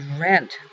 rent